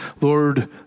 Lord